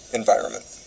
environment